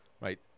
right